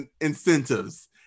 incentives